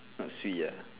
not swee ah